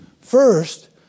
First